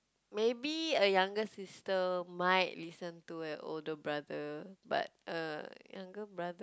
maybe a younger sister might listen to an older brother but uh younger brother